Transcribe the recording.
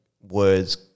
words